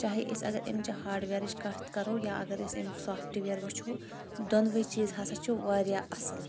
چاہے أسۍ اگر امہِ چہِ ہاڈویرٕچ کتھ یا اگر أسۍ أمیُک سافٹہٕ ویر وٕچھو دۄنوے چیٖز ہسا چھ واریاہ اَصل